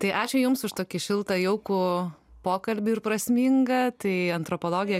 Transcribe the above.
tai ačiū jums už tokį šiltą jaukų pokalbį ir prasmingą tai antropologija